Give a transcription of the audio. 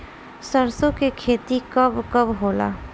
सरसों के खेती कब कब होला?